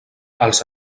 els